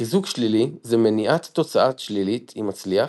חיזוק שלילי זה מניעת תוצאת שלילית אם מצליח,